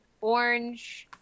orange